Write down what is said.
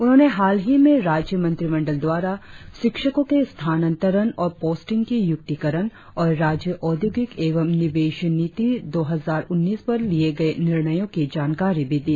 उन्होंने हालही में राज्य मंत्रिमंडल द्वारा शिक्षकों के स्थानांतरण और पोस्टिंग की यूक्तिकरण और राज्य औद्योगिक एवं निवेश नीति दौ हजार उन्नीस पर लिए गए निर्णयों की जानकारी भी दी